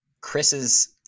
Chris's